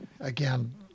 again